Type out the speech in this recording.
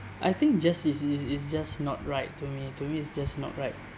I think just is is is just not right to me to me it's just not right